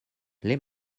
les